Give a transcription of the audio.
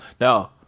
No